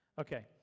Okay